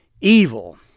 evil